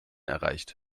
erreicht